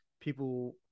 people